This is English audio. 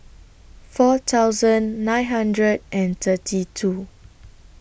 four thousand nine hundred and thirty two